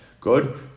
good